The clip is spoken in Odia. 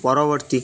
ପରବର୍ତ୍ତୀ